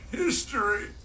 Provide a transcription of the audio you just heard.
history